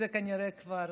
זו כנראה כבר